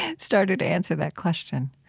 started to answer that question